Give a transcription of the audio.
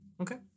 Okay